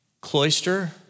Cloister